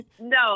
No